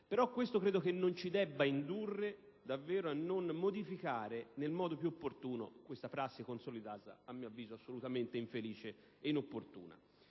che questo non ci debba indurre a non modificare nel modo più opportuno questa prassi consolidata che, a mio avviso, è assolutamente infelice e inopportuna.